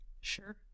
Sure